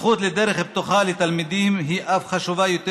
הזכות לדרך פתוחה לתלמידים היא אף חשובה יותר,